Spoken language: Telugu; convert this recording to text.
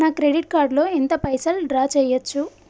నా క్రెడిట్ కార్డ్ లో ఎంత పైసల్ డ్రా చేయచ్చు?